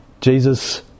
Jesus